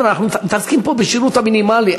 חבר'ה, אנחנו מתעסקים פה בשירות המינימלי.